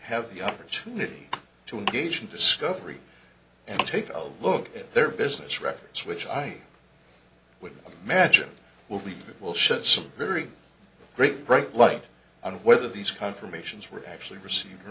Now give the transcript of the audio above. have the opportunity to engage in discovery and take a look at their business records which i would imagine will be that will shed some very great bright light on whether these confirmations were actually received or